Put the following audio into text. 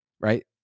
right